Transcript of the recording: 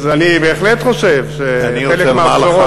אז אני בהחלט חושב שזה חלק מהבשורות,